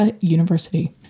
University